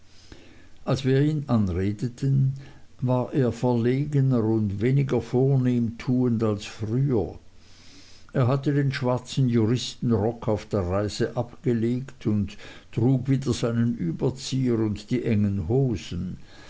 als wir ihn anredeten war er verlegener und weniger vornehmtuend als früher er hatte den schwarzen juristenrock auf der reise abgelegt und trug wieder seinen überzieher und die engen hosen